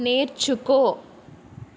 నేర్చుకో